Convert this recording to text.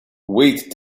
wait